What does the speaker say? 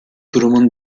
durumun